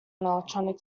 electronics